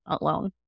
alone